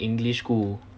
english school